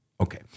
Okay